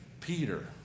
Peter